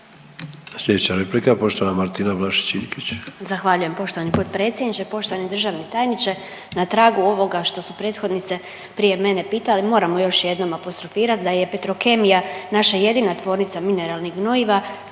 Slijedeća replika poštovana Martina Vlašić Iljkić.